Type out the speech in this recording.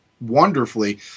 wonderfully